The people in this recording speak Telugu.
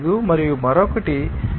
005 మరియు మరొకటి 1